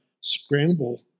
scramble